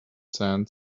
sands